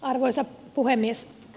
arvoisa puhemies